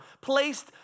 placed